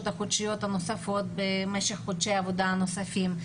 החודשיות הנוספות במשך חודשי העבודה הנוספים.